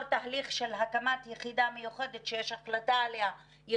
תהליך של הקמת יחידה מיוחדת עליה הוחלט,